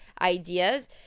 ideas